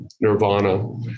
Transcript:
nirvana